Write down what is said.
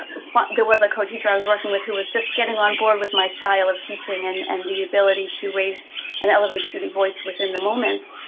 ah there was a co-teacher i was working with, who was just getting on board with my style of teaching, and and the ability to raise and elevate student voice within the moment,